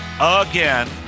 again